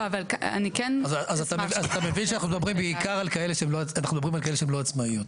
אז אתה מבין שאנחנו מדברים בעיקר על כאלה שהן לא עצמאיות.